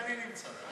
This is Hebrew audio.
אני נמצא.